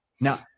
Now